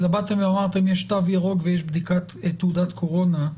אלא באתם ואמרתם יש תו ירוק ויש תעודת קורונה,